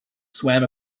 swam